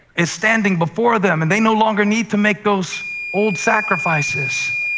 is standing before them, and they no longer need to make those old sacrifices.